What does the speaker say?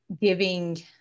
giving